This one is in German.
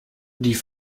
die